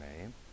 name